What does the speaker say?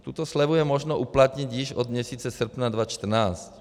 Tuto slevu je možno uplatnit již od měsíce srpna 2014.